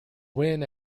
win